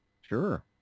Sure